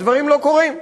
הדברים לא קורים.